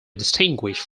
distinguished